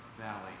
valley